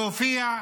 להופיע ולדבר.